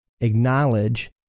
acknowledge